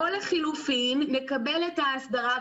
או לחלופין נקבל את ההסדרה,